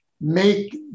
make